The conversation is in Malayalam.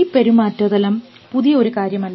ഈ പെരുമാറ്റം തലം പുതിയ ഒരു കാര്യമല്ല